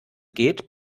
geht